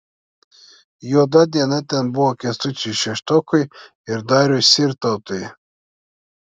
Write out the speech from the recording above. juoda diena ten buvo kęstučiui šeštokui ir dariui sirtautui